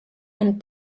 and